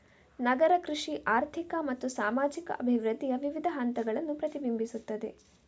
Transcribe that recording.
ನಗರ ಕೃಷಿ ಆರ್ಥಿಕ ಮತ್ತು ಸಾಮಾಜಿಕ ಅಭಿವೃದ್ಧಿಯ ವಿವಿಧ ಹಂತಗಳನ್ನು ಪ್ರತಿಬಿಂಬಿಸುತ್ತದೆ